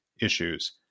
issues